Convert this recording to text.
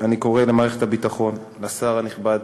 אני קורא למערכת הביטחון, לשר הנכבד,